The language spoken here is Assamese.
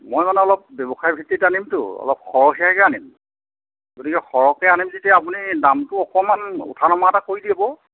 মই মানে অলপ ব্যৱসায় ভিত্তিত আনিমটো অলপ সৰহীয়াকৈ আনিম গতিকে সৰহকৈ আনিম যেতিয়া আপুনি দামটো অকণমান উঠা নমা এটা কৰি দিব